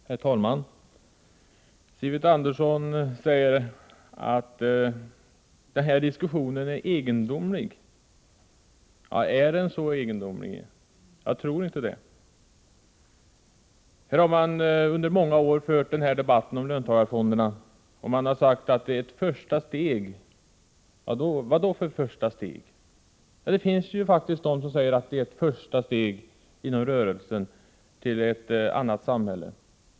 Herr talman! Sivert Andersson säger att denna diskussion är egendomlig. Men är den så egendomlig? Jag tror inte det. Debatten om löntagarfonderna har förts under många år, och man har sagt att de är ett första steg. Ett första steg mot vad? Det finns inom rörelsen faktiskt personer som säger att de är ett första steg mot ett annat samhälle.